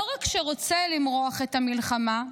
לא רק שרוצה למרוח את המלחמה,